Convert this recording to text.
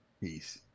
Peace